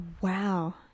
Wow